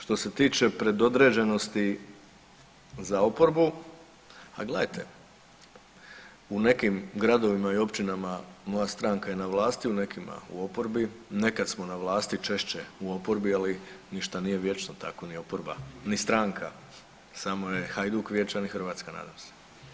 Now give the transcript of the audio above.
Što se tiče predodređenosti za oporbu, a gledajte u nekim gradovima i općinama moja stranka je na vlasti u neki u oporbi, nekad smo na vlasti češće u oporbi, ali ništa nije vječno tako ni oporba ni stranka, samo je Hajduk vječan i Hrvatska nadam se.